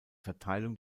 verteilung